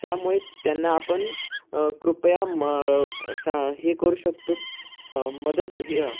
त्यामुळे त्यांना आपण कृपया म सा हे करू शकतो मदत हे